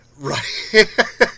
right